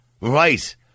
Right